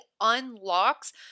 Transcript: unlocks